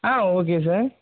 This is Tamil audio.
ah okay sir